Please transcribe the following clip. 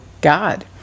God